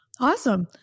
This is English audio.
awesome